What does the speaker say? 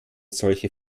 solche